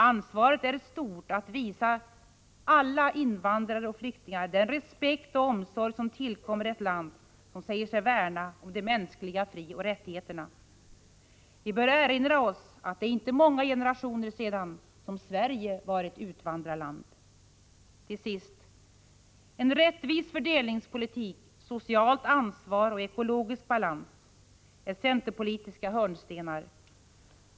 Ansvaret är stort att visa alla invandrare och flyktingar den respekt och omsorg som anstår ett land som säger sig värna om de mänskliga frioch rättigheterna. Vi bör erinra oss att det inte är många generationer sedan Sverige var ett utvandrarland. Till sist. En rättvis fördelningspolitik, socialt ansvar och ekologisk balans är centerpolitiska hörnstenar.